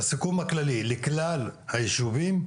את הסיכום הכללי לכלל הישובים,